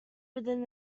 within